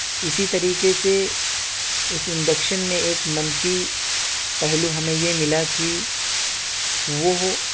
اسی طریقے سے اس انڈکشن میں ایک منفی پہلو ہمیں یہ ملا کہ وہ